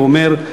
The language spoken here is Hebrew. והוא אומר: